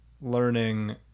learning